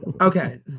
okay